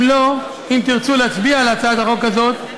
אם לא, אם תרצו להצביע על הצעת החוק הזאת,